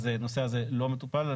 אז הנושא הזה לא מטופל.